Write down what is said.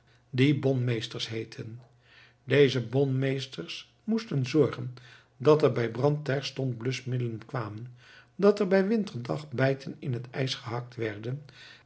die bonmeesters heetten deze bonmeesters moesten zorgen dat er bij brand terstond bluschmiddelen kwamen dat er bij winterdag bijten in het ijs gehakt werden